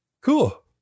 Cool